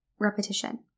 repetition